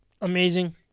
Amazing